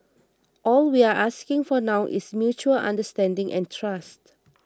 all we're asking for now is mutual understanding and trust